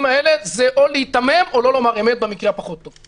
האלה זה או להיתמם או לא לומר אמת במקרה הפחות טוב.